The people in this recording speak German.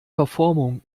verformung